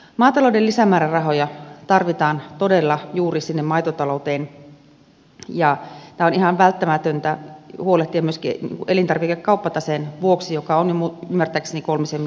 maatalouden lisämäärärahoja tarvitaan todella juuri sinne maitotalouteen ja tästä on ihan välttämätöntä huolehtia myöskin elintarvikekauppataseen vuoksi joka on ymmärtääkseni jo kolmisen miljardia negatiivinen